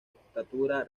estatura